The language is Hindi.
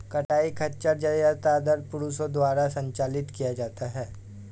कताई खच्चर ज्यादातर पुरुषों द्वारा संचालित किया जाता था